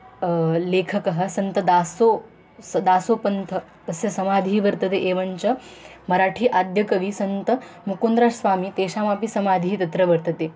लेखकः सन्तदासो स दासोपन्थ तस्य समाधिः वर्तते एवञ्च मराठी आद्यकविः सन्तमुकुन्द्राज्स्वामी तेषामपि समाधिः तत्र वर्तते